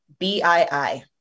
BII